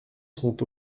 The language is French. sont